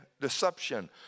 deception